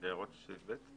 יש הערות לסעיף (ב)?